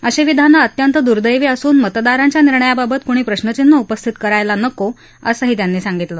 अशी विधानं अत्यंत दुद्धीी असून मतदारांच्या निर्णयाबाबत कुणी प्रश्नचिन्ह उपस्थित करायला नको असंही त्यांनी सांगितलं